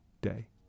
day